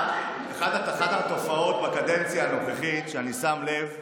אחת התופעות בקדנציה הנוכחית, שאני שם לב אליה,